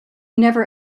never